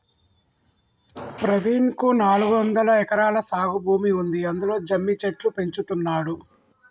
ప్రవీణ్ కు నాలుగొందలు ఎకరాల సాగు భూమి ఉంది అందులో జమ్మి చెట్లు పెంచుతున్నాడు